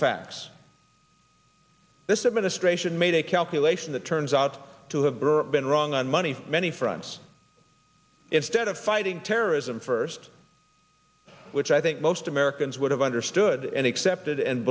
facts this administration made a calculation that turns out to have been wrong on money many fronts instead of fighting terrorism first which i think most americans would have understood and accepted and